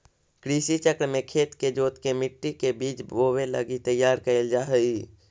कृषि चक्र में खेत के जोतके मट्टी के बीज बोवे लगी तैयार कैल जा हइ